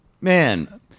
Man